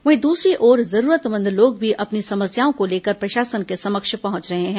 वहीं द्सरी ओर जरूरतमंद लोग भी अपनी समस्याओं को लेकर प्रशासन के समक्ष पहंच रहे हैं